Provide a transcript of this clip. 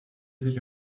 sich